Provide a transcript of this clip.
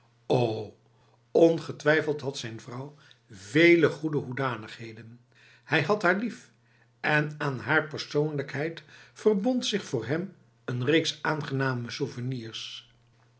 ongetwijfeld had zijn vrouw vele goede hoedanigheden hij had haar lief en aan haar persoonlijkheid verbond zich voor hem een reeks van aangename souvenirs